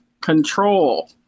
control